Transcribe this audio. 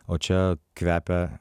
o čia kvepia